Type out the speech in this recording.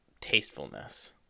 tastefulness